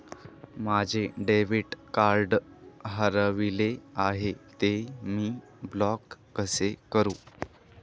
माझे debit card हरविले आहे, ते मी ब्लॉक कसे करु?